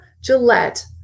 Gillette